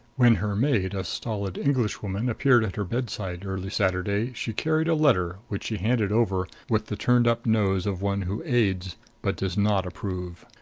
when her maid, a stolid englishwoman, appeared at her bedside early saturday she carried a letter, which she handed over, with the turned-up nose of one who aids but does not approve.